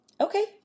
Okay